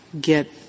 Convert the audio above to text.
get